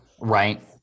right